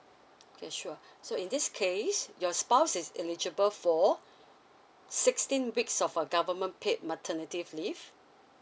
okay sure so in this case your spouse is eligible for sixteen weeks of err government paid maternity leave